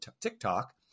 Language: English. TikTok